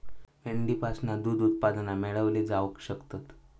मेंढीपासना दूध उत्पादना मेळवली जावक शकतत